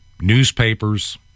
newspapers